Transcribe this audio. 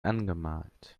angemalt